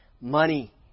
money